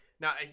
Now